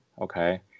okay